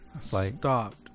stopped